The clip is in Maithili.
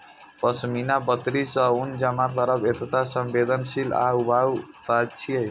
पश्मीना बकरी सं ऊन जमा करब एकटा संवेदनशील आ ऊबाऊ काज छियै